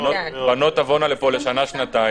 בנות תבואנה לפה לשנה-שנתיים,